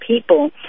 people